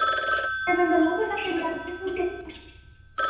कन्नै गल्लां गुल्लां करी